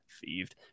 thieved